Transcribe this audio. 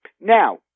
Now